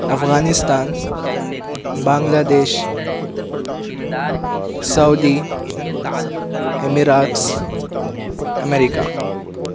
Afghanistan Bangladesh Saudi Emirates America